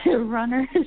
runners